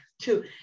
two